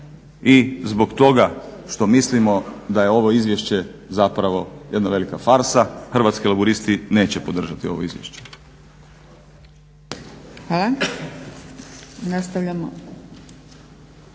i zbog toga što mislimo da je ovo izvješće zapravo jedna velika farsa Hrvatski laburisti neće podržati ovo izvješće. **Zgrebec,